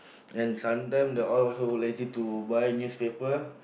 and sometime they all also will lazy to buy newspaper